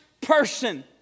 person